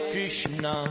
Krishna